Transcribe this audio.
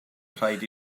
rhaid